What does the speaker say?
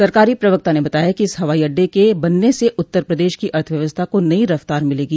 सरकारी प्रवक्ता ने बताया कि इस हवाई अड्डे के बनने से उत्तर प्रदेश की अर्थव्यवस्था को नई रफ्तार मिलेगी